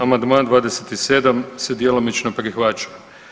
Amandman 27. se djelomično prihvaća.